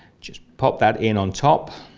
just pop that in on top.